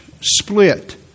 split